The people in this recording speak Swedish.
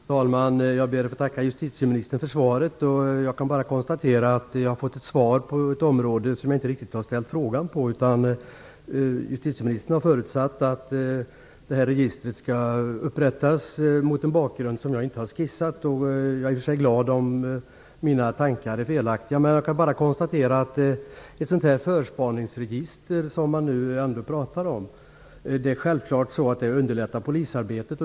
Fru talman! Jag ber att få tacka justitieministern för svaret. Jag kan bara konstatera att jag har fått svar på ett område som jag inte riktigt har frågat om. Justitieministern har förutsatt att registret skall upprättas mot en bakgrund som jag inte har skissat. Jag är i och för sig glad om mina tankar är felaktiga. Jag kan bara konstatera att ett förspaningsregister av den typ man pratar om självfallet underlättar polisarbetet.